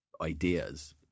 ideas